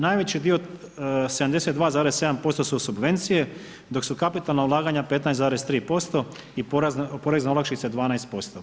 Najveći dio 72,7% su subvencije dok su kapitalna ulaganja 15,3% i porezne olakšice 12%